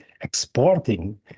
exporting